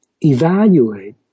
evaluate